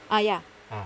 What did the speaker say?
ah ya